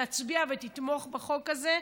תצביע ותתמוך בחוק הזה,